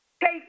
take